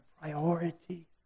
priority